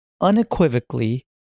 unequivocally